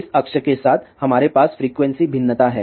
इस अक्ष के साथ हमारे पास फ्रीक्वेंसी भिन्नता है